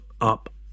up